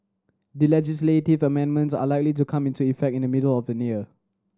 the legislative amendments are likely to come into effect in the middle of the year